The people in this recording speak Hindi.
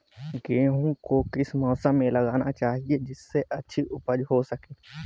गेहूँ को किस मौसम में लगाना चाहिए जिससे अच्छी उपज हो सके?